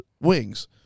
wings